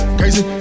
crazy